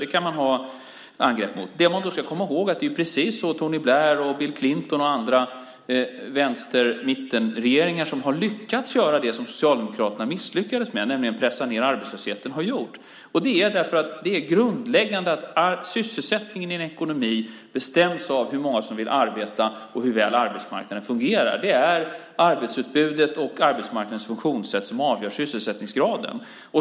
Det man då ska komma ihåg är att Tony Blair, Bill Clinton och andra i vänster-mitten-regeringar har lyckats göra det som Socialdemokraterna misslyckades med, nämligen att pressa ned arbetslösheten. Det är grundläggande att sysselsättningen i en ekonomi bestäms av hur många som vill arbeta och hur väl arbetsmarknaden fungerar. Det är arbetsutbudet och arbetsmarknadens funktionssätt som avgör sysselsättningsgraden.